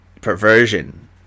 perversion